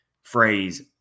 phrase